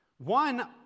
One